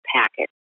packet